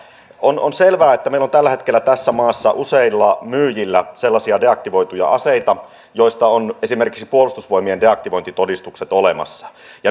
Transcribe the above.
on on selvää että meillä on tällä hetkellä tässä maassa useilla myyjillä sellaisia deaktivoituja aseita joista on esimerkiksi puolustusvoimien deaktivointitodistukset olemassa